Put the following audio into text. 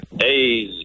Hey